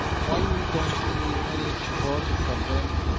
why we don't see any support from them,